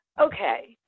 Okay